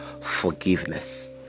forgiveness